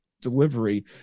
delivery